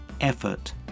effort